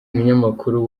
umunyamakuru